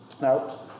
Now